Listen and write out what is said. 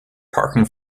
parking